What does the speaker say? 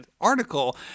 article